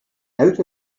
out